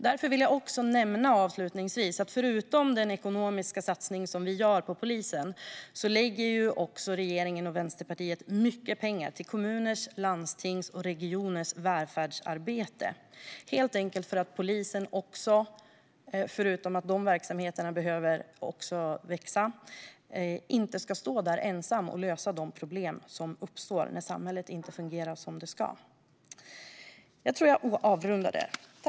Därför vill jag, avslutningsvis, nämna att förutom den ekonomiska satsning vi gör på polisen lägger regeringen och Vänsterpartiet också mycket pengar till kommuners, landstings och regioners välfärdsarbete - förutom att de verksamheterna också behöver växa helt enkelt för att polisen inte ska stå där ensam och lösa de problem som uppstår när samhället inte fungerar som det ska.